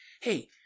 hey